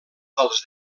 dels